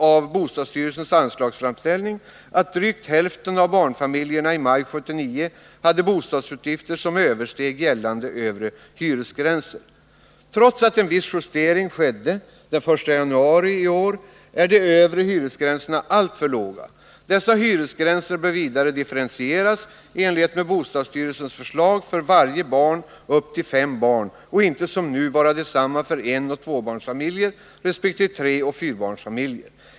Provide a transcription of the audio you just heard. av bostadsstyrelsens anslagsframställning att drygt hälften av barnfamiljerna i maj 1979 hade bostadsutgifter som översteg gällande övre hyresgränser. Trots att en viss justering skedde den 1 januari i år är de övre hyresgränserna alltför låga. Dessa hyresgränser bör vidare differentieras i enlighet med bostadsstyrelsens förslag för varje barn t.o.m. fem barn och inte som nu vara desamma för enoch tvåbarnsfamiljer resp. treoch fyrbarnsfamiljer.